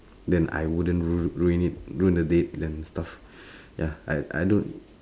then I wouldn't ru~ ruin it ruin a date and stuff ya I don't